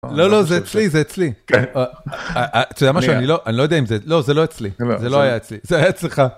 לא לא זה אצלי, זה אצלי. כן. אתה יודע משהו, אני לא יודע אם זה, לא זה לא אצלי, זה לא היה אצלי, זה היה אצלך.